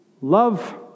love